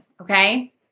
okay